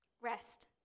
Rest